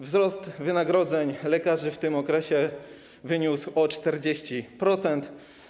Wzrost wynagrodzeń lekarzy w tym okresie wyniósł 40%.